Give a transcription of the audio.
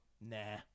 nah